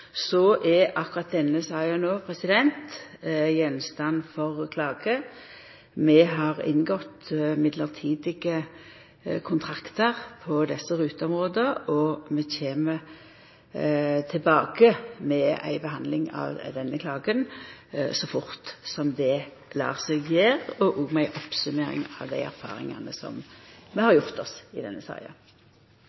akkurat denne saka no gjenstand for klage. Vi har inngått mellombelse kontraktar på desse ruteområda, og vi kjem tilbake med ei behandling av denne klagen så fort som det lèt seg gjera, og også med ei oppsummering av dei erfaringane